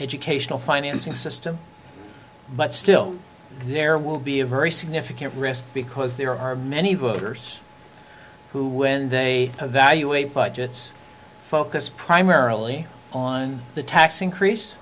educational financing system but still there will be a very significant risk because there are many voters who when they evaluate budgets focus primarily on the tax increase